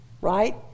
right